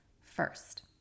first